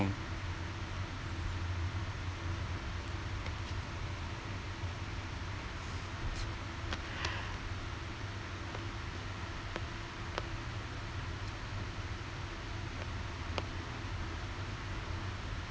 mm